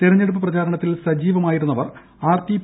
തെരഞ്ഞെടുപ്പ് പ്രചാരണത്തിൽ സജീവമായിരുന്നവർ ആർടി പി